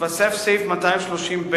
התווסף סעיף 230ב,